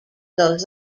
goes